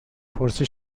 نخست